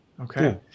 okay